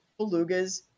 belugas